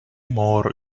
more